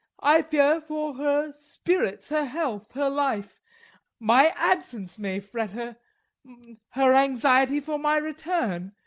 i fear for her spirits her health her life my absence may fret her her anxiety for my return,